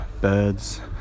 birds